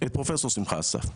את פרופ' שמחה אסף.